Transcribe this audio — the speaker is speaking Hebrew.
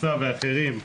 מסע ואחרים.